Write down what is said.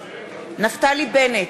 נפתלי בנט,